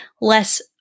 less